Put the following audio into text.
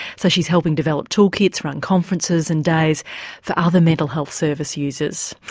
so she's helping develop tool kits, run conferences and days for other mental health service users.